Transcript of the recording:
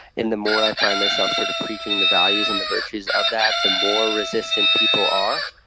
and the more i find myself sort of preaching the values and the virtues of that, the more resistant people are.